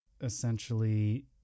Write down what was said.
essentially